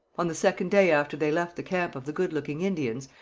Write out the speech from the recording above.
on the second day after they left the camp of the good-looking indians,